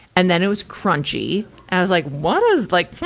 and then it was crunchy. and i was like, what is like